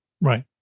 Right